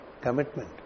commitment